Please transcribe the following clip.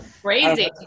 Crazy